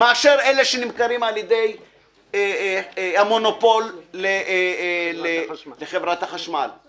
מאשר אלה שנמכרים על ידי המונופול לחברת החשמל.